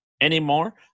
anymore